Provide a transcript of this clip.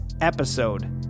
episode